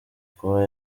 kuba